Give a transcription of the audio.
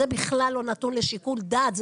זה בכלל לא נתון לשיקול דעת.